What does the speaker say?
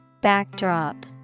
Backdrop